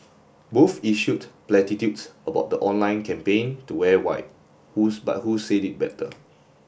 both issued platitudes about the online campaign to wear white who but who said it better